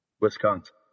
Wisconsin